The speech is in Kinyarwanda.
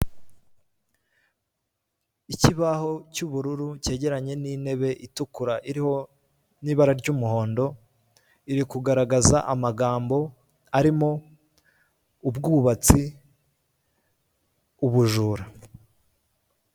Ikibaho cy'ubururu kegeranye n'intebe itukura iriho n'ibara ry'umuhondo iri kugaragaza amagambo arimo ubwubatsi, ubujura.